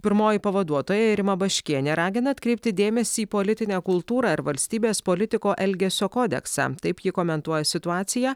pirmoji pavaduotoja rima baškienė ragina atkreipti dėmesį į politinę kultūrą ir valstybės politiko elgesio kodeksą taip ji komentuoja situaciją